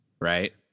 right